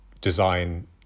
design